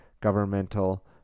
governmental